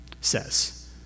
says